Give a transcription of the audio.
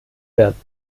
werden